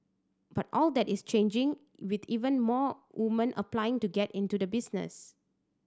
but all that is changing with even more woman applying to get into the business